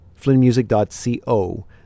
FlynnMusic.co